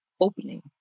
opening